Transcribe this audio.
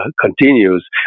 continues